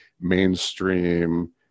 mainstream